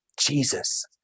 Jesus